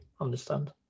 understand